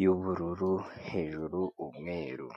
y'ubururu hejuru umweru.